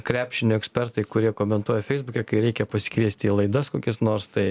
krepšinio ekspertai kurie komentuoja feisbuke kai reikia pasikviesti į laidas kokias nors tai